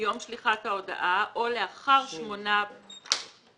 מיום שליחת ההודעה או לאחר 8 במאי